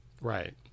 right